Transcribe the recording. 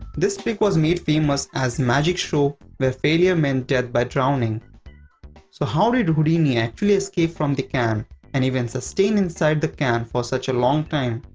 this trick was made famous as magic show where failure meant death by drowning so how did houdini actually escape from the can and even sustain inside the can for such a long time.